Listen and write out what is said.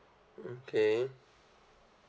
okay